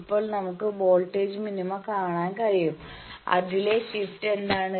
അപ്പോൾ നമുക്ക് voltage minima കാണാൻ കഴിയും അതിലെ ഷിഫ്റ്റ് എന്താണ്